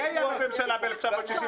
מי היה בממשלה ב-1967?